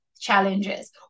challenges